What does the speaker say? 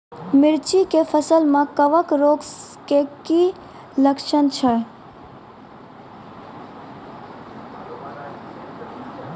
मिर्ची के फसल मे कवक रोग के की लक्छण छै?